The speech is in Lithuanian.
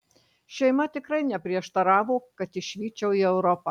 šeima tikrai neprieštaravo kad išvykčiau į europą